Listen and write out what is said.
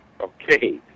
Okay